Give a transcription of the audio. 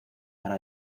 para